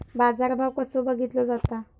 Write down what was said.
बाजार भाव कसो बघीतलो जाता?